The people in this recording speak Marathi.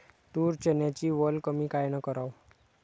तूर, चन्याची वल कमी कायनं कराव?